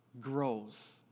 grows